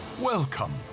Welcome